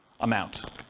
amount